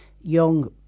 young